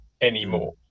anymore